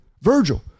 Virgil